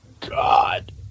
God